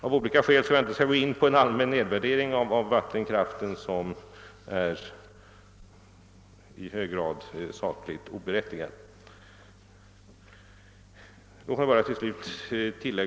Av olika skäl som jag inte skall gå in på förekommer det i dag en i hög grad sakligt omotiverad allmän nedvärdering av vattenkraftverken.